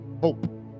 hope